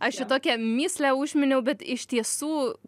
aš čia tokią mįslę užminiau bet iš tiesų